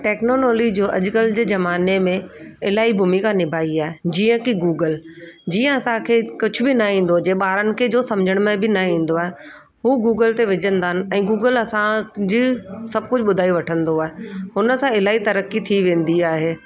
technology जो अॼु कल्ह जे ज़माने में इलाही भूमिका निभाई आहे जीअं की गूगल जीअं असां खे कुझु बि न ईंदो हुजे ॿारनि खे जो समुझण में बि न ईंदो आहे हू गूगल ते विझंदा आहिनि ऐं गूगल असां जे सभु कुझु ॿुधाए वठंदो आहे हुन सां इलाही तरक़ी थी वेंदी आहे